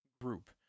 group